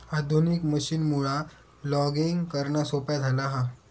आधुनिक मशीनमुळा लॉगिंग करणा सोप्या झाला हा